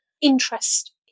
interest